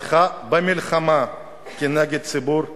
פתחה במלחמה נגד הציבור בישראל.